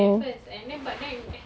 oh